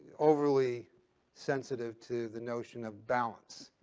overly sensitive to the notion of balance.